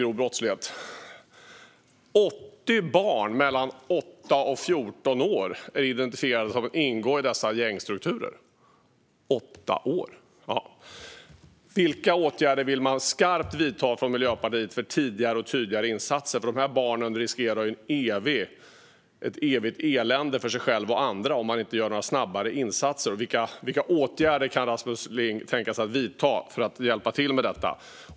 Man har identifierat 80 barn mellan 8 och 14 år som ingår i gängstrukturer. 8 år! Vilka skarpa åtgärder vill Miljöpartiet vidta för tidigare och tydligare insatser för dessa barn? De riskerar ju evigt elände för sig själva och andra om man inte gör insatser snabbare. Vilka åtgärder kan Rasmus Ling tänka sig att vidta för att hjälpa till med detta?